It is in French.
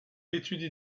étudie